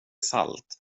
salt